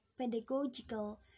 Pedagogical